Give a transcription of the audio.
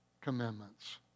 Commandments